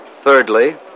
Thirdly